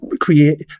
create